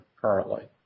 currently